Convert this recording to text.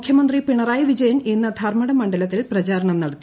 മുഖ്യമന്ത്രി പിണറായി വിജയൻ ഇന്ന് ധർമടം മണ്ഡലത്തിൽ പ്രചാരണം നടത്തി